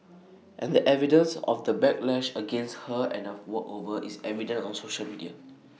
and the evidence of the backlash against her and of walkover is evident on social media